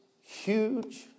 huge